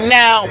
now